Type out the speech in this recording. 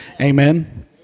Amen